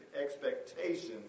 expectation